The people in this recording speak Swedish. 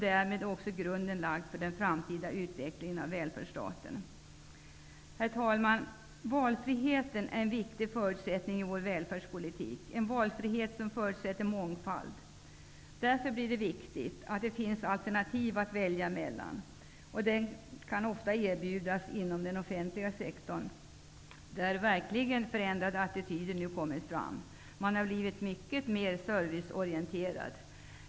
Därmed är också grunden lagd för en framtida utveckling av välfärdsstaten. Herr talman! Valfriheten är en viktig förutsättning i välfärdspolitiken. Valfrihet förutsätter mångfald. Därför är det viktigt att det finns alternativ att välja mellan. De kan ofta erbjudas inom den offentliga sektorn, där nu förändrade attityder verkligen kommer fram. Man har blivit mycket mer serviceorienterad.